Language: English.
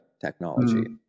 technology